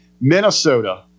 Minnesota